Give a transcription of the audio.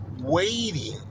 waiting